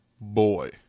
Boy